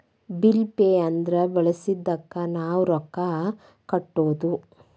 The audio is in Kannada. ಬಿಲ್ ಪೆ ಅಂದ್ರ ಬಳಸಿದ್ದಕ್ಕ್ ನಾವ್ ರೊಕ್ಕಾ ಕಟ್ಟೋದು